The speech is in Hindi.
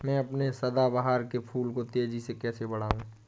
मैं अपने सदाबहार के फूल को तेजी से कैसे बढाऊं?